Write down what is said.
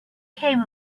came